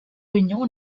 union